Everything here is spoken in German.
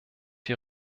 die